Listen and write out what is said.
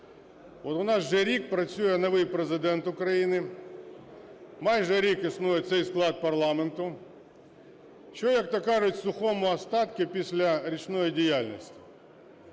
У нас вже рік працює новий Президент України, майже рік існує цей склад парламенту. Що, як-то кажуть, в сухому остатку після річної діяльності?